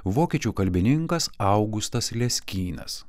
vokiečių kalbininkas augustas leskynas